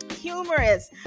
humorous